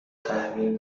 تحویل